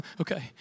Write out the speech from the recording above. okay